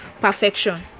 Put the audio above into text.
perfection